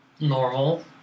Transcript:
normal